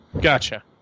Gotcha